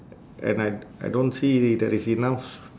a~ and I I don't see there is enough